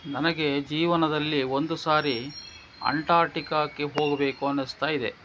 ನನಗೆ ಜೀವನದಲ್ಲಿ ಒಂದು ಸಾರಿ ಅಂಟಾರ್ಟಿಕಾಕ್ಕೆ ಹೋಗಬೇಕು ಅನ್ನಿಸ್ತಾ ಇದೆ